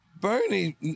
Bernie